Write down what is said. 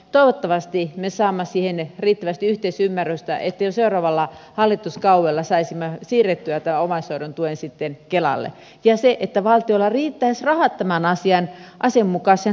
toivottavasti me saamme siihen riittävästi yhteisymmärrystä että jo seuraavalla hallituskaudella saisimme siirrettyä tämän omaishoidon tuen kelalle ja että valtiolla riittäisivät rahat tämän asian asianmukaiseen hoitamiseen